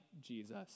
jesus